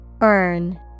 Earn